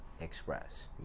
express